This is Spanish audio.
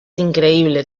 increíble